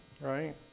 right